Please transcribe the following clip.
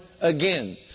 again